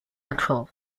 control